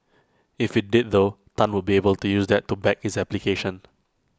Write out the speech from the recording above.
if IT did though Tan would be able to use that to back his application